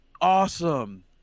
awesome